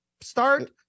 start